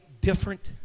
different